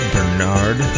Bernard